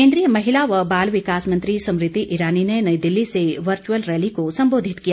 केन्द्रीय महिला व बाल विकास मंत्री स्मृति ईरानी ने नई दिल्ली से वर्चुअल रैली को संबोधित किया